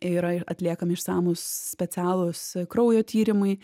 yra atliekami išsamūs specialūs kraujo tyrimai